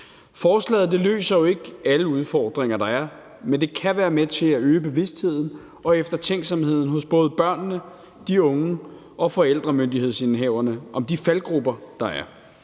Forslaget løser jo ikke alle de udfordringer, der er, men det kan være med til at øge bevidstheden og eftertænksomheden hos både børnene, de unge og forældremyndighedsindehaverne om de faldgruber, der er.